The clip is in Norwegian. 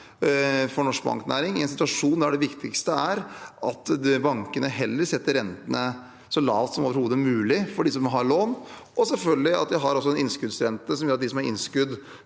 for norsk banknæring, i en situasjon der det viktigste er at bankene heller setter rentene så lavt som overhodet mulig for dem som har lån, og selvfølgelig at de har en innskuddsrente som gjør at de som